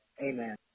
Amen